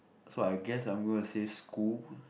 so I guess I'm going to say school